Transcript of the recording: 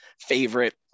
favorite